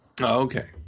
okay